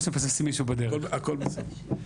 הכול בסדר.